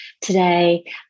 today